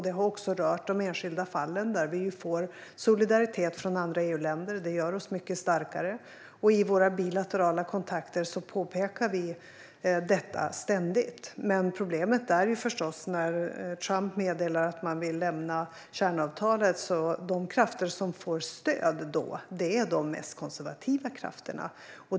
Det har också rört de enskilda fallen, där vi får solidaritet från andra EU-länder. Det gör oss mycket starkare. Och i våra bilaterala kontakter påpekar vi detta ständigt. Problemet är förstås att Trump meddelat att man vill lämna kärnavtalet. De krafter som då får stöd är de mest konservativa krafterna.